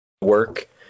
work